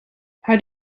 how